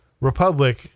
republic